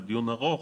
זה דיון ארוך,